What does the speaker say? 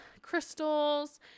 crystals